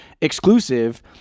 exclusive